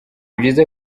byiza